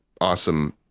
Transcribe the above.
awesome